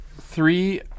Three